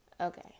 Okay